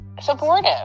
supportive